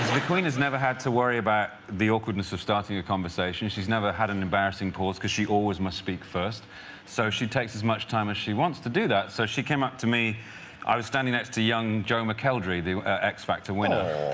the queen has never had to worry about the awkwardness of starting a conversation she's never had an embarrassing pause because she always must speak first so she takes as much time as she wants to do that so she came up to me i was standing next to young joe mcelderry the x factor winner,